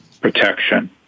protection